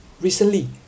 Recently